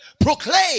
proclaim